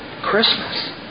Christmas